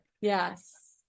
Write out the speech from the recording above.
Yes